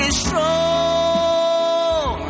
strong